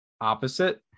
opposite